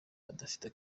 adafite